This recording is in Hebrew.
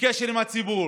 בקשר עם הציבור,